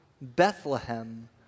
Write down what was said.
Bethlehem